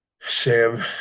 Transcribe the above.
Sam